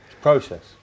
Process